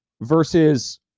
versus